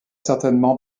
certainement